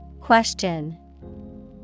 Question